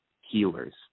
healers